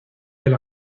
del